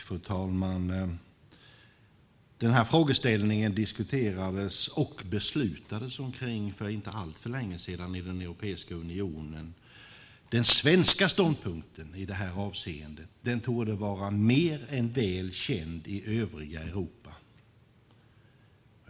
Fru talman! Frågan diskuterades och beslutades om för inte alltför länge sedan i Europeiska unionen. Den svenska ståndpunkten i det avseendet torde vara mer än väl känd i övriga Europa.